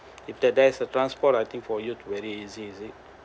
if there there is a transport I think for you very easy you see